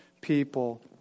people